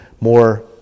more